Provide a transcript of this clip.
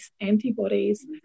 antibodies